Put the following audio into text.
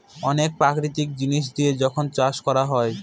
অনেক প্রাকৃতিক জিনিস দিয়ে যখন চাষ করা হয়